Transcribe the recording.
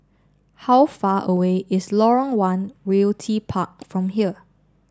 how far away is Lorong one Realty Park from here